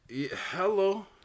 Hello